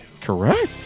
Correct